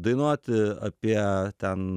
dainuoti apie ten